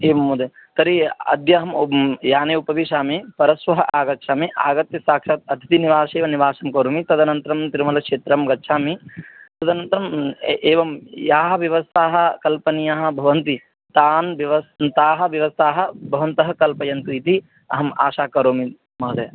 एवं महोदय तर्हि अद्य अहं ओब् याने उपविशामि परश्वः आगच्छामि आगत्य साक्षात् अतिथि निवासे एव निवासं करोमि तदनन्तरं तिरुमलक्षेत्रं गच्छामि तदनन्तरम् ए एवं याः व्यवस्थाः कल्पनीयाः भवन्ति तान् व्यव् ताः व्यवस्थाः भवन्तः कल्पयन्तु इति अहम् आशां करोमि महोदय